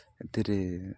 ସେଥିରେ